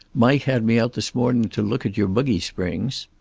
mike had me out this morning to look at your buggy springs.